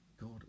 God